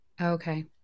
Okay